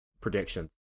predictions